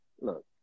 look